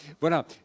Voilà